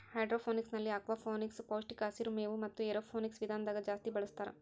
ಹೈಡ್ರೋಫೋನಿಕ್ಸ್ನಲ್ಲಿ ಅಕ್ವಾಫೋನಿಕ್ಸ್, ಪೌಷ್ಟಿಕ ಹಸಿರು ಮೇವು ಮತೆ ಏರೋಫೋನಿಕ್ಸ್ ವಿಧಾನದಾಗ ಜಾಸ್ತಿ ಬಳಸ್ತಾರ